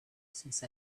since